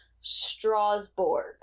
Strasbourg